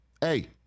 Hey